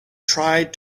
tried